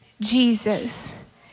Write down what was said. Jesus